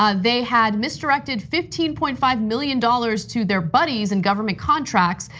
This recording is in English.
um they had misdirected fifteen point five million dollars to their buddies in government contracts.